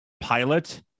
pilot